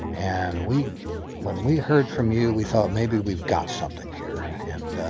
and we when we heard from you, we thought maybe we've got something here. and